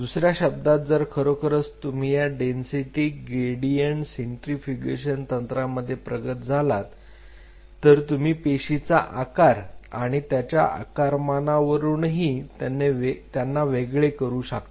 दुसऱ्या शब्दात जर खरोखरच तुम्ही या डेन्सिटी ग्रेडियंट सेंट्रींफ्युगेशन तंत्रामध्ये प्रगत झालात तर तुम्ही पेशींचा आकार आणि त्याच्या आकारमानावरूनही त्यांना वेगळे करू शकता